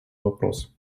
вопросами